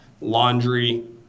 laundry